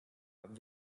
haben